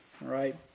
right